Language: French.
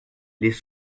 les